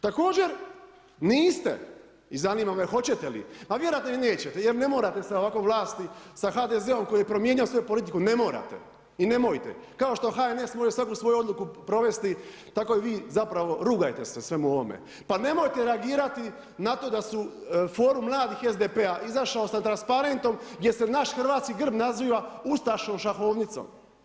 Također niste i zanima me hoćete li, a vjerojatno nećete jer ne morate sa ovakvom vlasti sa HDZ-om koji je promijenio svoju politiku ne morate i nemojte, kao što HNS može svaku svoju odluku provesti tako i vi zapravo rugajte se svemu ovome, pa nemojte reagirati na to da su forum mladih SDP-a izašao sa transparentom gdje se naš hrvatski grb naziva ustaškom šahovnicom.